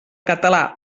català